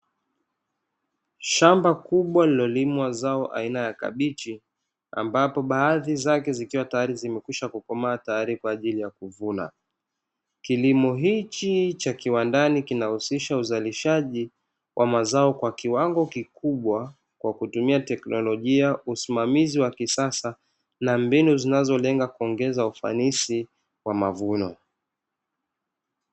Shamba kubwa lililolimwa zao aina ya kabichi, ambapo baadhi zake zikiwa tayari zimekwisha kukomaa tayari kwa ajili ya kuvuna. Kilimo hichi cha kiwandani kinahusisha uzalishaji wa mazao kwa kiwango kikubwa, kwa kutumia teknolojia usimamizi wa kisasa na mbinu zinazolenga kuongeza ufanisi wa mavuno.